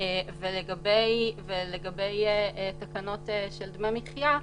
לגבי תקנות של דמי מחייה,